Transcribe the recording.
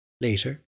Later